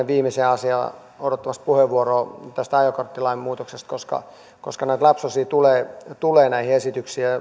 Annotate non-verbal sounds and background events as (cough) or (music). (unintelligible) viimeiseen asiaan odottamassa puheenvuoroa tästä ajokorttilain muutoksesta koska koska näitä lapsuksia tulee näihin esityksiin